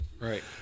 Right